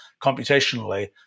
computationally